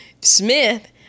Smith